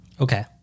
Okay